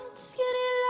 skinny